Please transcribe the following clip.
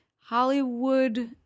Hollywood